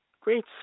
great